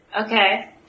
Okay